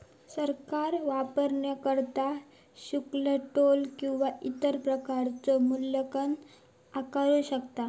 सरकार वापरकर्ता शुल्क, टोल किंवा इतर प्रकारचो मूल्यांकन आकारू शकता